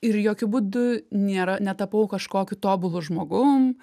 ir jokiu būdu nėra netapau kažkokiu tobulu žmogum